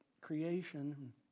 creation